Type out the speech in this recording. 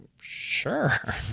sure